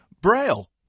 Braille